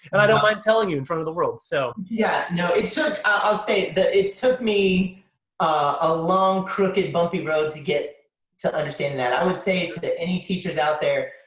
and i don't mind telling you in front of the world. so yeah, no it took, i'll say that it took me a long, crooked, bumpy road, to get to understand that. i would say to any teachers out there.